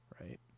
right